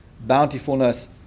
bountifulness